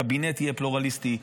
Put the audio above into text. הקבינט יהיה פלורליסטי,